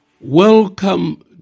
Welcome